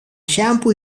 shampoo